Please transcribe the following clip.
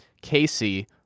Casey